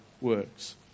works